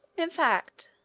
in fact,